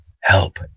help